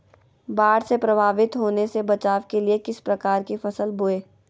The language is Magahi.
बाढ़ से प्रभावित होने से बचाव के लिए किस प्रकार की फसल बोए?